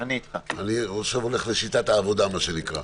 אני עכשיו הולך לשיטת העבודה מה שנקרא.